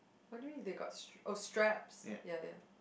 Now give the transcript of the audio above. what do you mean they got str~ oh straps ya ya